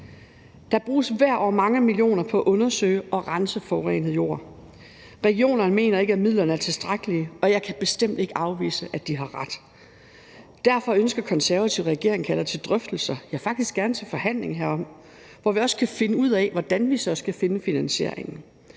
Der bruges hvert år mange millioner på at undersøge og rense forurenet jord. Regionerne mener ikke, at midlerne er tilstrækkelige, og jeg kan bestemt ikke afvise, at de har ret. Derfor ønsker Konservative, at regeringen indkalder til drøftelser, ja, faktisk gerne til forhandling herom, hvor vi også kan finde ud af, hvordan vi så skal finde finansieringen,